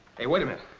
hey, wait a minute.